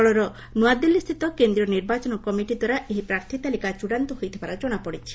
ଦଳର ନୂଆଦିଲ୍ଲୀସ୍ଥିତ କେନ୍ଦ୍ରୀୟ ନିର୍ବାଚନ କମିଟି ଦ୍ୱାରା ଏହି ପ୍ରାର୍ଥୀ ତାଲିକା ଚୃଡ଼ାନ୍ତ ହୋଇଥିବାର ଜଣାପଡ଼ିଛି